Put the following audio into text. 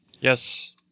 Yes